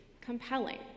compelling